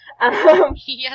Yes